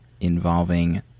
involving